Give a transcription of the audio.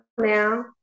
now